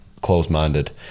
closed-minded